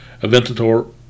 Aventador